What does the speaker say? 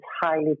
highly